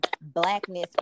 blackness